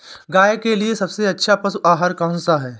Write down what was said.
गाय के लिए सबसे अच्छा पशु आहार कौन सा है?